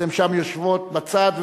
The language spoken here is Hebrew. אתן שם יושבות בצד,